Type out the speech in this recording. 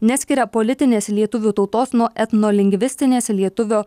neskiria politinės lietuvių tautos nuo etnolingvistinės lietuvio